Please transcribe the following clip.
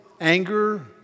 Anger